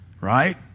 right